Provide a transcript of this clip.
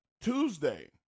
Tuesday